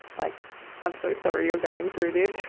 like i'm so sorry you're going through this,